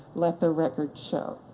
let the record show.